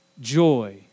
joy